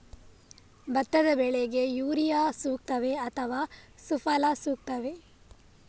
ಭತ್ತದ ಬೆಳೆಗೆ ಯೂರಿಯಾ ಸೂಕ್ತವೇ ಅಥವಾ ಸುಫಲ ಸೂಕ್ತವೇ?